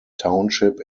township